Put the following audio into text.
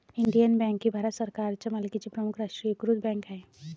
Indian bank ही भारत सरकारच्या मालकीची प्रमुख राष्ट्रीयीकृत बँक आहे